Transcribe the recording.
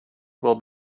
will